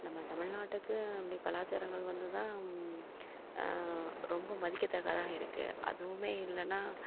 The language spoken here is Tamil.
நம்ம தமிழ்நாட்டுக்கு அப்படி கலாச்சாரங்கள் வந்துதான் ரொம்ப மதிக்கத்தக்கதாக இருக்குது அதுவுமே இல்லைனா